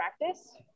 practice